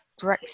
Brexit